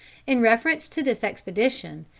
in reference to this expedition,